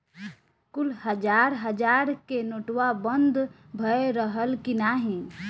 कुल हजार हजार के नोट्वा बंद भए रहल की नाही